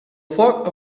foc